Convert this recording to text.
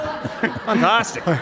Fantastic